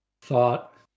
thought